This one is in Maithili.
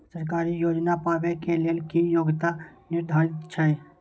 सरकारी योजना पाबे के लेल कि योग्यता निर्धारित छै?